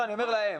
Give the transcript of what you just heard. לא, אני אומר להם.